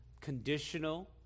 conditional